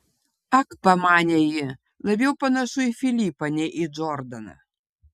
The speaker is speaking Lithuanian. ak pamanė ji labiau panašu į filipą nei į džordžą